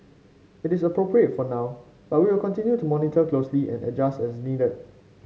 it is appropriate for now but we will continue to monitor closely and adjust as needed